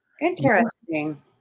interesting